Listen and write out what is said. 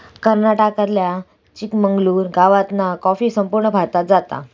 कर्नाटकातल्या चिकमंगलूर गावातना कॉफी संपूर्ण भारतात जाता